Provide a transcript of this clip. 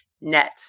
net